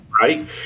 Right